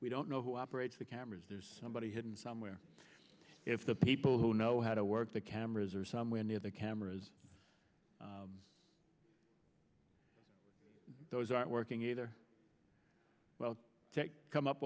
we don't who operates the cameras there's somebody hidden somewhere if the people who know how to work the cameras or somewhere near the cameras those aren't working either well come up